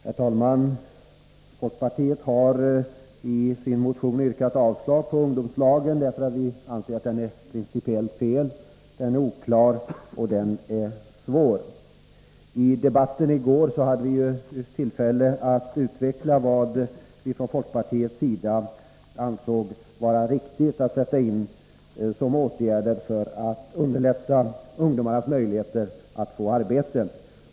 Herr talman! Folkpartiet har i sin motion yrkat avslag på ungdomslagen därför att vi anser att den är principiellt felaktig och att den är oklar och svår. I debatten i går hade vi ju tillfälle att utveckla vad vi från vår sida ansåg vara riktigt att sätta in som åtgärder för att förbättra ungdomarnas möjligheter att få arbete.